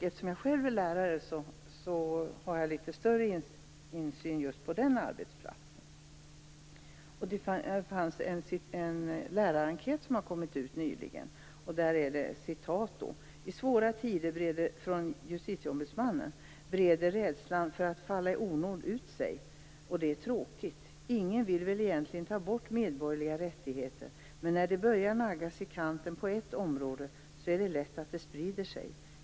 Eftersom jag själv är lärare har jag litet större insyn just på den arbetsplatsen. En lärarenkät har kommit ut nyligen, och där säger Justitieombudsmannen följande: I svåra tider breder rädslan för att falla i onåd ut sig, och det är tråkigt. Ingen vill väl egentligen ta bort medborgerliga rättigheter. Men när de börjar naggas i kanten på ett område är det lätt att det sprider sig.